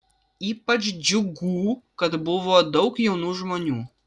ypač džiugų kad buvo daug jaunų žmonių